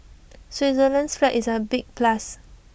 Switzerland's flag is A big plus